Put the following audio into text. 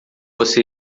você